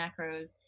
macros